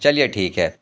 چلیے ٹھیک ہے